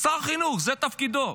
שר החינוך, שזה תפקידו,